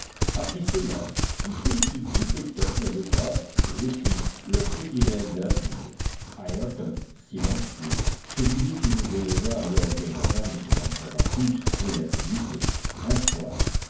après cela qui sait si jup et top n'avaient pas eux aussi leur petit rêve d'avenir ayrton silencieux se disait qu'il voudrait revoir lord glenarvan et se montrer à tous réhabilité un soir